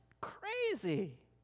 crazy